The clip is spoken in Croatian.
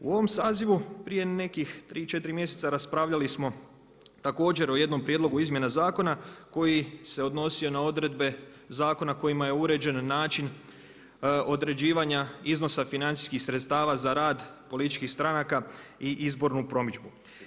U ovom sazivu prije nekih 3, 4 mjeseca raspravljali smo također o jednom prijedlogu izmjena zakona, koji se odnosio na odredbe zakona kojima je uređen način određivanja iznosa financijskih sredstava za rad političkih stranaka i izbornu promidžbu.